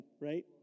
Right